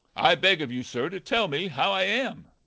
i beg of you, sir, to tell me how i am.